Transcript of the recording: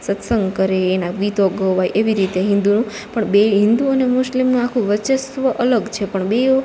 સત્સંગ કરે એના ગીતો ગવાય એવી રીતે હિન્દુ પણ બેય હિન્દુ અને મુસ્લિમ આખું વર્ચસ્વ અલગ છે પણ બેઓ